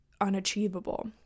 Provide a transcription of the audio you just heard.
unachievable